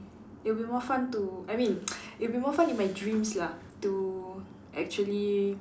it'll be more fun to I mean it'll be more fun in my dreams lah to actually